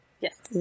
Yes